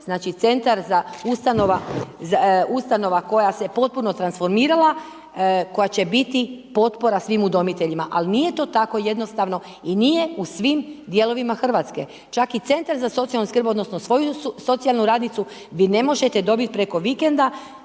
znači Centar za, ustanova koja se potpuno transformirala, koja će biti potpora svim udomiteljima, ali nije to tako jednostavno i nije u svim dijelovima Hrvatske. Čak i Centar za socijalnu skrb odnosno svoju socijalnu radnicu vi ne možete dobiti preko vikenda,